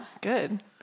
Good